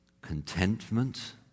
contentment